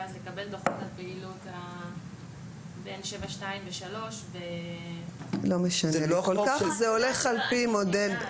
ואז לקבל דוחות על פעילות --- זה הולך על פי מודל.